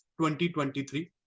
2023